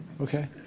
Okay